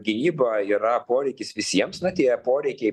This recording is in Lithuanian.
gynyba yra poreikis visiems na tie poreikiai